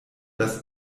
dass